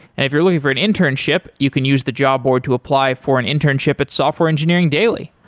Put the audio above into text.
if you're looking for an internship, you can use the job board to apply for an internship at software engineering daily.